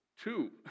Two